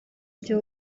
ibyo